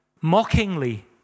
mockingly